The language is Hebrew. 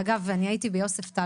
אגב, אני הייתי ביוספטל.